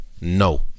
No